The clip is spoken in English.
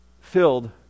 filled